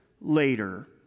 later